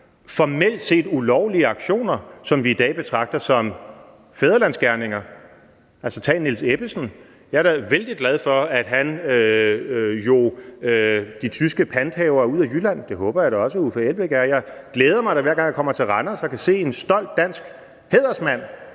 formelt set ulovlige aktioner, som vi i dag betragter som fædrelandsgerninger. Tag Niels Ebbesen. Jeg er da vældig glad for, at han jog de tyske panthavere ud af Jylland – det håber jeg da også Uffe Elbæk er – og jeg glæder mig da, hver gang jeg kommer til Randers og kan se en stolt dansk hædersmand